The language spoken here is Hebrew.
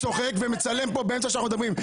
צוחק ומצלם כאן באמצע שאנחנו מדברים.